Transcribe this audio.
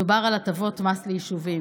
מדובר על הטבות מס ליישובים.